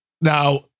now